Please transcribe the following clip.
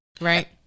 right